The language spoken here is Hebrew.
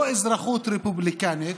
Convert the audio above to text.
לא אזרחות רפובליקנית,